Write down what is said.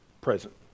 present